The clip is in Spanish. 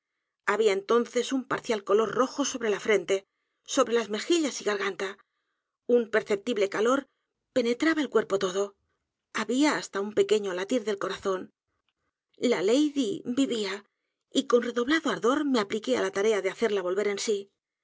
había entonces un parcial color rojo sobre la frente sobre las mejillas y g a r g a n t a un perceptible calor penetraba el cuerpo t o d o había hasta un pequeño latir del corazón la lady vivía y con redoblado ardor me apliqué a l a tarea de hacerla volver en sí